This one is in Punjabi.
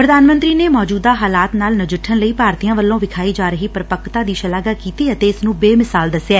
ਪ੍ਰਧਾਨ ਮੰਤਰੀ ਨੇ ਮੌਜੂਦਾ ਹਾਲਾਤ ਨਾਲ ਨਜਿੱਠਣ ਲਈ ਭਾਰਤੀਆਂ ਵੱਲੋਂ ਵਿਖਾਈ ਜਾ ਰਹੀ ਪ੍ਰੱਕਤਾ ਦੀ ਸ਼ਲਾਘਾ ਕੀਤੀ ਅਤੇ ਇਸ ਨੰ ਬੇਮਿਸਾਲ ਦਸਿਆ